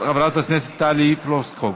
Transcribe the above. של חברת הכנסת טלי פלוסקוב.